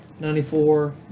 94